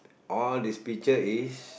all this picture is